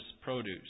produce